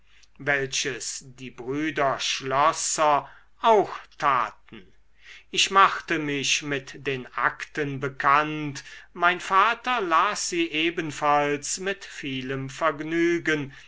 welches die gebrüder schlosser auch taten ich machte mich mit den akten bekannt mein vater las sie ebenfalls mit vielem vergnügen